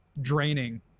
draining